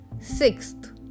Sixth